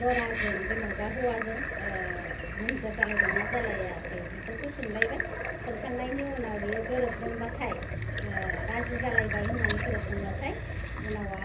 लराजों जेनेबा हौवाजों मोनजोर जालायदों ना जालायाखै बेफोरखौ सोंलायबाय सोंखांनायनि उनाव बियो गोरोबदोंबाथाय राजि जालायबाय होन्नानै गोरोबदोंबाथाय उनाव आरो